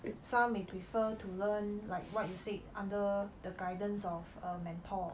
some may prefer to learn like what you said under the guidance of a mentor